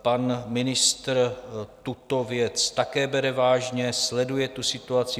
Pan ministr tuto věc také bere vážně, sleduje situaci.